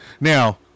now